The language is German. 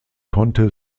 konnte